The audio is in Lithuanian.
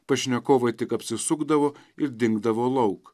pašnekovai tik apsisukdavo ir dingdavo lauk